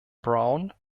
brown